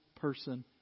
person